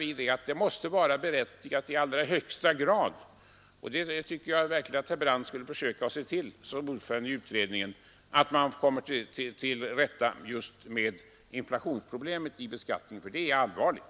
Vi menar att en sådan måste vara berättigad i allra högsta grad. Jag tycker att herr Brandt som ordförande i utredningen skulle försöka se till att man kommer till rätta med inflationsproblemen i beskattningen, för läget är allvarligt.